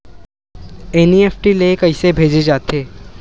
NEFT ले कइसे भेजे जाथे?